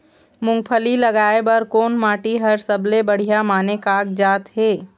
मूंगफली लगाय बर कोन माटी हर सबले बढ़िया माने कागजात हे?